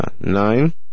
Nine